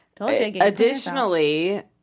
Additionally